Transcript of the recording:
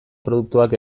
produktuak